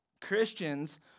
Christians